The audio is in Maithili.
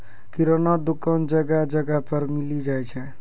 किराना दुकान जगह जगह पर मिली जाय छै